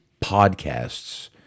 podcasts